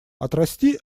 отрасти